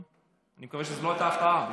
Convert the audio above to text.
אני מקווה שזו לא הייתה הפתעה בשבילך.